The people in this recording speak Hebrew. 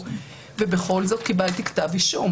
ובכל זאת קיבלתי כתב אישום.